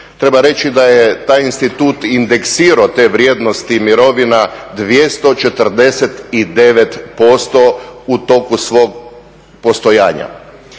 Treba reći da je taj institut indeksirao te vrijednosti mirovina 24% u toku svog postojanja.